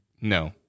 No